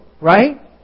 Right